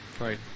Right